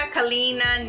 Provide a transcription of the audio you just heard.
Kalina